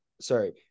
sorry